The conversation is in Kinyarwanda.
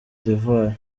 d’ivoire